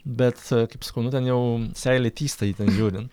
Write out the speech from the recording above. bet kaip sakau nu ten jau seilė tįsta jį ten žiūrint